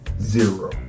zero